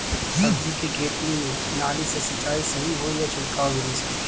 सब्जी के खेती में नाली से सिचाई सही होई या छिड़काव बिधि से?